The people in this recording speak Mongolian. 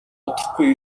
удахгүй